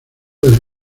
del